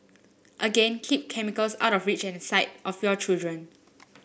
again keep chemicals out of reach and sight of your child